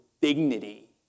dignity